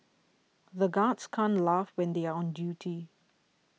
the guards can't laugh when they are on duty